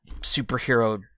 superhero